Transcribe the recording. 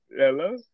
Hello